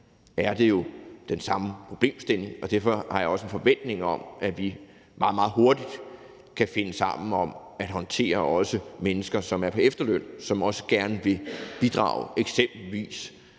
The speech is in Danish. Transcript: er det jo den samme problemstilling, og derfor har jeg også en forventning om, at vi meget, meget hurtigt kan finde sammen om også at håndtere mennesker, som er på efterløn, og som også gerne vil bidrage eksempelvis